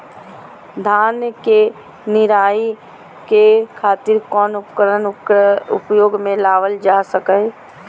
धान के निराई के खातिर कौन उपकरण उपयोग मे लावल जा सको हय?